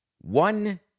one